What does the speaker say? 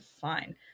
fine